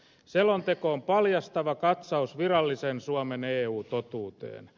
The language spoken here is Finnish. selonteko on paljastava katsaus virallisen suomen eu totuuteen